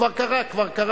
כבר קרה, כבר קרה.